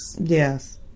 Yes